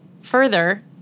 further